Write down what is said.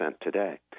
today